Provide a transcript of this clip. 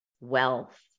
wealth